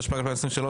התשפ"ג-2023,